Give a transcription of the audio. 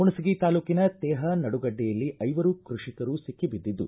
ಹುಣಸಗಿ ತಾಲೂಕಿನ ತೇಹಾ ನಡುಗಡ್ಡೆಯಲ್ಲಿ ಐವರು ಕೃಷಿಕರು ಸಿಕ್ಕೆಬಿದ್ದಿದ್ದು